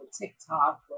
TikTok